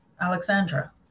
Alexandra